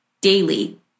daily